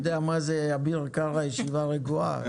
אתה יודע מה זה ישיבה רגועה אם אביר קארה?